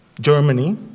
Germany